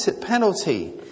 penalty